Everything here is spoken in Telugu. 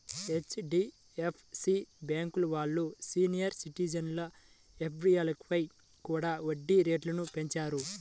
హెచ్.డి.ఎఫ్.సి బ్యేంకు వాళ్ళు సీనియర్ సిటిజన్ల ఎఫ్డీలపై కూడా వడ్డీ రేట్లను పెంచారు